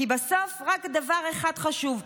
כי בסוף רק דבר אחד חשוב,